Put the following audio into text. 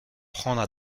prendre